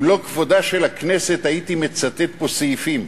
אם לא כבודה של הכנסת הייתי מצטט פה סעיפים,